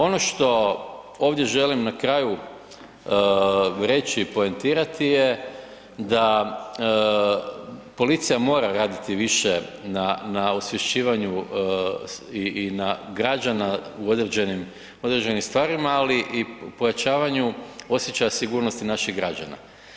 Ono što ovdje želim na kraju reći i poentirati je da policija mora raditi više na osvješćivanju građana u određenim stvarima ali i pojačavanju osjećaju sigurnosti naših građana.